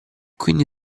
quindi